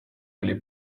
oli